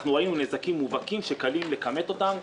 ראינו נזקים מובהקים שקל לכמת אותם.